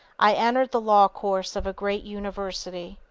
i entered the law course of a great university.